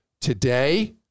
Today